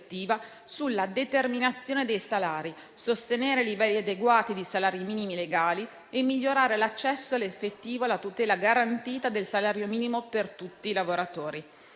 sulla determinazione dei salari, sostenere livelli adeguati di salari minimi legali e migliorare l'accesso effettivo alla tutela garantita del salario minimo per tutti i lavoratori.